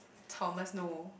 Thomas no